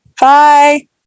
Bye